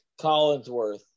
Collinsworth